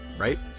right?